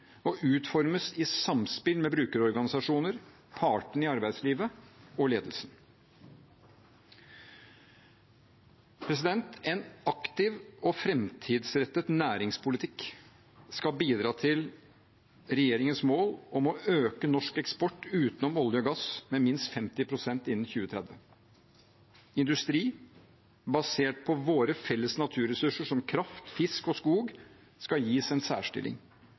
og utformes i samspill med brukerorganisasjoner, partene i arbeidslivet og ledelsen. En aktiv og framtidsrettet næringspolitikk skal bidra til regjeringens mål om å øke norsk eksport utenom olje og gass med minst 50 pst. innen 2030. Industri basert på våre felles naturressurser som kraft, fisk og skog skal gis en særstilling.